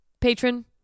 Patron